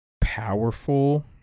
Powerful